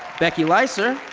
becky leyser,